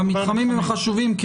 המתחמים הם החשובים,